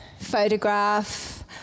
photograph